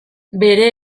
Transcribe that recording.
bere